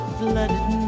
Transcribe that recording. blooded